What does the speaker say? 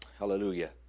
Hallelujah